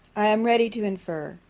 i am ready to infer,